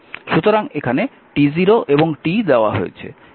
সুতরাং এখানে t0 এবং t দেওয়া হয়েছে